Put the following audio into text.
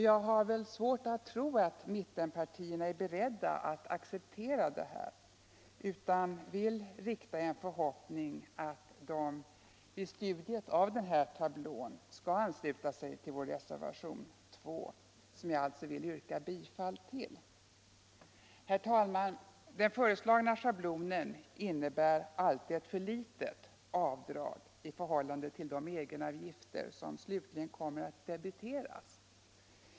Jag har svårt att tro att mittenpartierna är beredda att acceptera detta utan hoppas att de — vid studium av denna tablå — skall ansluta sig till vår reservation 2, som jag alltså vill yrka bifall till. Herr talman! Den föreslagna schablonen innebär alltid ett för litet avdrag i förhållande till de egenavgifter som slutligen kommer att debiteras.